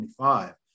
25